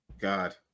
God